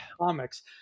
comics